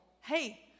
hey